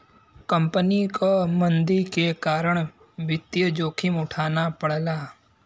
company क मंदी के कारण वित्तीय जोखिम उठाना पड़ला